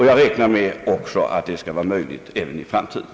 Jag räknar med att detta skall vara möjligt även i framtiden.